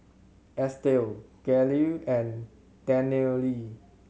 Estel Gale and Danielle